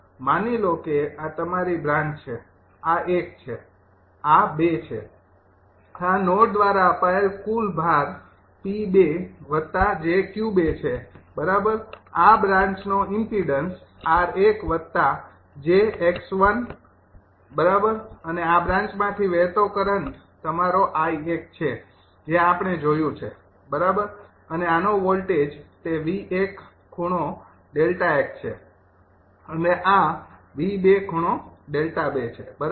માની લો કે આ તમારી બ્રાન્ચ છે આ ૧ છે આ ૨ છે આ નોડ દ્વારા અપાયેલ કુલ લોડ 𝑃૨𝑗𝑄૨ છે બરાબર આ બ્રાન્ચનો ઇમ્પીડન્સ 𝑟૧𝑗𝑥૧ બરાબર અને આ બ્રાન્ચમાંથી વહેતો કરંટ તમારો 𝐼૧ છે જે આપણે જોયું છે બરાબર અને આનો વોલ્ટેજ તે |𝑉૧|∠𝛿૧ છે અને આ |𝑉૨|∠𝛿૨ છે બરાબર